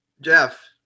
Jeff